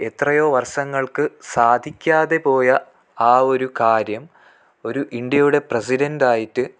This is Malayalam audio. എത്രയോ വർഷങ്ങൾക്ക് സാധിക്കാതെ പോയ ആ ഒരു കാര്യം ഒരു ഇന്ത്യയുടെ പ്രസിഡൻ്റായിട്ട്